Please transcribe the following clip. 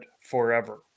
forever